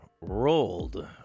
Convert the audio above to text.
Rolled